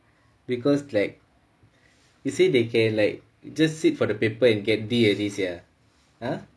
because like you see they can like just sit for the paper and get D at least ya